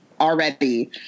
already